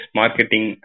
marketing